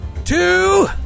Two